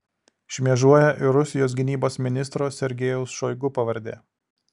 šmėžuoja ir rusijos gynybos ministro sergejaus šoigu pavardė